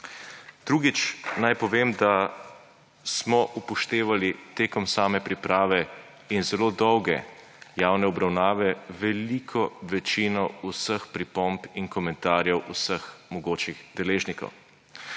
Drugič. Naj povem, da smo upoštevali tekom same priprave in zelo dolge javne obravnave veliko večino vseh pripomb in komentarjev vseh mogočih deležnikov.